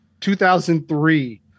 2003